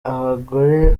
abagore